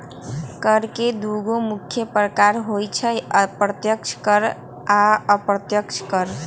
कर के दुगो मुख्य प्रकार होइ छै अप्रत्यक्ष कर आ अप्रत्यक्ष कर